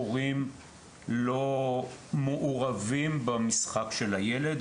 הורים לא מעורבים במשחק של הילד,